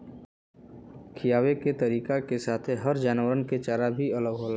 खिआवे के तरीका के साथे हर जानवरन के चारा भी अलग होला